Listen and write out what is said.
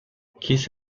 kiss